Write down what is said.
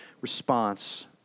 response